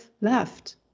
left